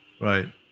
Right